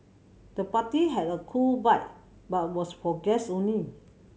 the party had a cool vibe but was for guests only